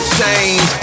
change